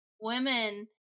women